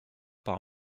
par